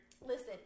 Listen